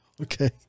Okay